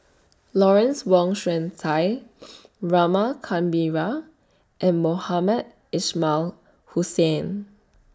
Lawrence Wong Shyun Tsai Rama Kannabiran and Mohamed Ismail Hussain